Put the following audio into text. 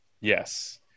Yes